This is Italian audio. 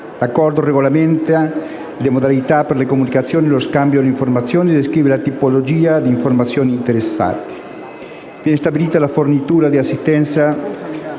L'Accordo regolamenta le modalità per la comunicazione e lo scambio delle informazioni e descrive la tipologia di informazioni interessate.